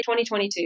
2022